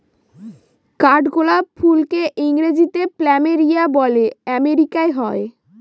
কাঠগোলাপ ফুলকে ইংরেজিতে প্ল্যামেরিয়া বলে আমেরিকায় হয়